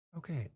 Okay